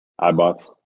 iBots